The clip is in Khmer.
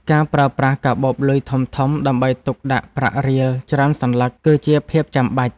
ការប្រើប្រាស់កាបូបលុយធំៗដើម្បីទុកដាក់ប្រាក់រៀលច្រើនសន្លឹក គឺជាភាពចាំបាច់។